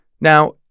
Now